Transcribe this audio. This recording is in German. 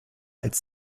als